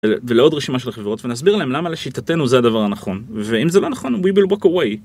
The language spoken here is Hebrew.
ולעוד רשימה של החברות ונסביר להם למה לשיטתנו זה הדבר הנכון ואם זה לא נכון We will walk away.